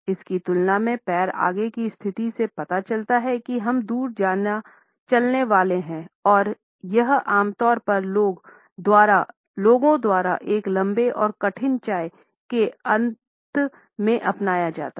इसकी तुलना में पैर आगे की स्थिति से पता चलता है कि हम दूर चलने वाले हैं और यह आम तौर पर लोगों द्वारा एक लंबे और कठिन चाय के अंत में अपनाया जाता है